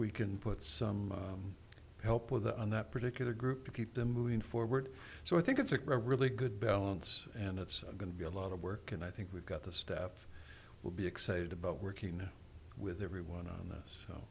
we can put some help with the on that particular group if you keep them moving forward so i think it's a really good balance and it's going to be a lot of work and i think we've got the staff will be excited about working with everyone on th